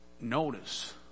notice